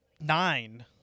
nine